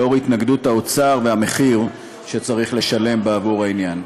לנוכח התנגדות האוצר והמחיר שצריך לשלם בעבור העניין.